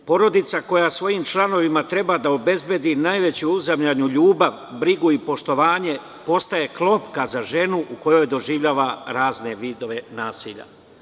Porodica, koja svojim članovima treba da obezbedi najveću uzajamnu ljubav, brigu i poštovanje, postaje klopka za ženu, u kojoj doživljava razne vidove nasilja.